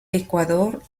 ecuador